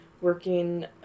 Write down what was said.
working